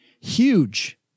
Huge